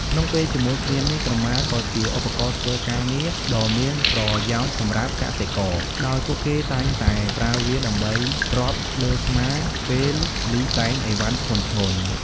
ក្នុងពេលជាមួយគ្នានេះ ក្រមាក៏ជា ឧបករណ៍ធ្វើការងារ ដ៏មានប្រយោជន៍សម្រាប់កសិករ ដោយពួកគេតែងតែប្រើវាដើម្បីទ្រាប់លើស្មាពេលលីសែងអីវ៉ាន់ធ្ងន់ៗ។